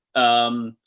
um,